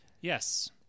yes